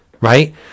right